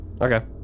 Okay